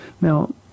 Now